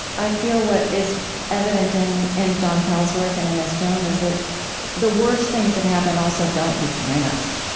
i feel what is evident in in john powell's work and in this room is that the worst things that happen, also don't define us.